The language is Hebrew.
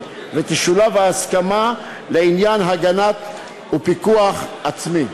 ותשולב ההסכמה לעניין הגנת פיקוח עצמי,